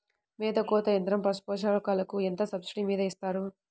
మేత కోత యంత్రం పశుపోషకాలకు ఎంత సబ్సిడీ మీద ఇస్తారు?